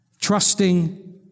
trusting